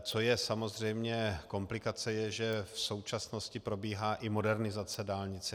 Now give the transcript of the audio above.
Co je samozřejmě komplikace, že v současnosti probíhá i modernizace dálnice.